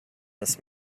this